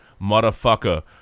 motherfucker